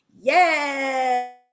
Yes